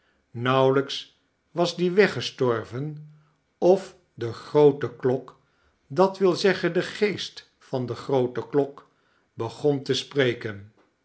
nauwelijks was die weggestorven of de groote klok d w z de geest van de groote klok begon te spreken